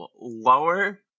lower